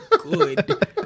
good